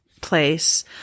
place